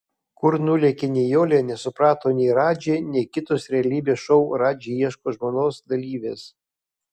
kur nulėkė nijolė nesuprato nei radži nei kitos realybės šou radži ieško žmonos dalyvės